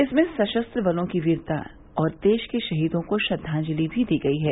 इसमें सशस्त्र बलों की वीरता और देश के शहीदों को श्रद्वांजलि भी दी गई है